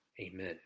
Amen